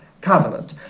covenant